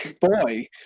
boy